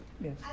Yes